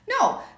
No